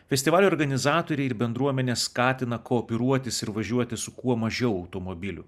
festivalio organizatoriai ir bendruomenė skatina kooperuotis ir važiuoti su kuo mažiau automobilių